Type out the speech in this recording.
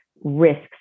risks